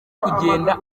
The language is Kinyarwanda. kugenda